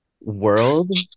world